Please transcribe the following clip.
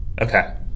okay